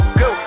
go